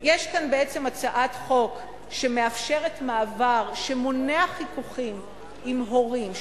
יש כאן בעצם הצעת חוק שמאפשרת מעבר שמונע חיכוכים עם הורים,